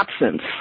absence